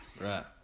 Right